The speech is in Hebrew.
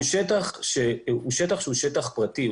והוא שטח שהוא שטח פרטי.